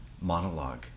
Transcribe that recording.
monologue